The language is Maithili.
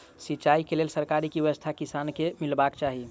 सिंचाई केँ लेल सरकारी की व्यवस्था किसान केँ मीलबाक चाहि?